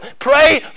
Pray